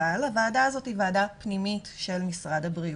אבל הוועדה הזאת היא ועדה פנימית של משרד הבריאות.